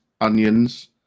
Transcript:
onions